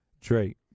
Drake